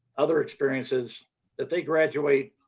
other experiences that they graduate,